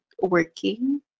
working